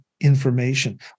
information